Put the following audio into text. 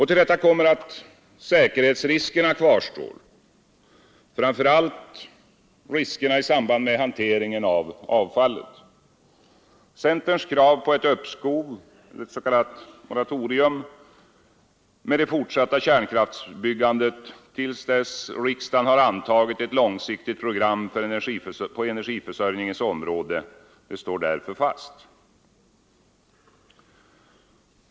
Till detta kommer att säkerhetsriskerna kvarstår, framför allt riskerna i samband med hanteringen av avfallet. Centerns krav på ett uppskov, eller s.k. moratorium, med det fortsatta kärnkraftsbyggandet till dess riksdagen har antagit ett långsiktigt program på energiförsörjningens område står därför fast.